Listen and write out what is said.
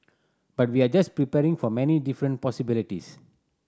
but we're just preparing for many different possibilities